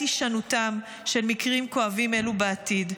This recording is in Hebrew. הישנותם של מקרים כואבים אלו בעתיד.